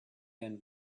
been